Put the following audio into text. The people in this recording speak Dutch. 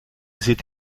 zit